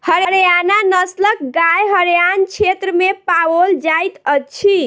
हरयाणा नस्लक गाय हरयाण क्षेत्र में पाओल जाइत अछि